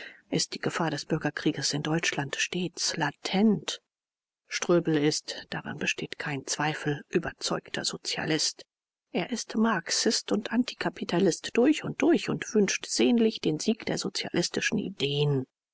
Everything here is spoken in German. ist die gefahr des bürgerkrieges in deutschland stets latent ströbel ist daran besteht kein zweifel überzeugter sozialist er ist marxist und antikapitalist durch und durch und wünscht sehnlich den sieg der sozialistischen ideen